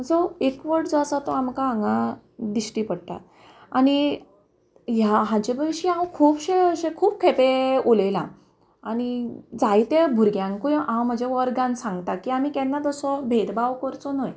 so एकवट जो आसा तो आमकां हांगा दिश्टी पडटा आनी हाचे पयशी हांव खुबशें अशें खूब खेपे उलयलां आनी जायते भुरग्यांकूय हांव म्हज्या वर्गान सांगतां की आमी केन्ना तसो भेदभाव करचो न्हय